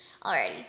Alrighty